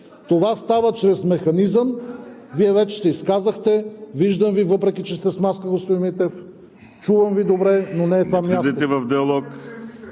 Това става чрез механизъм… (Реплики от ОП.) Вие вече се изказахте. Виждам Ви, въпреки че сте с маска, господин Митев, чувам Ви добре, но не е това мястото.